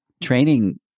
training